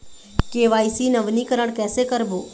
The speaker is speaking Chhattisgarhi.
के.वाई.सी नवीनीकरण कैसे करबो?